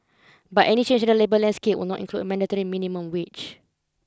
but any change in the labour landscape would not include a mandatory minimum wage